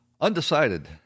Undecided